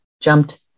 jumped